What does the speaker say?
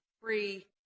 free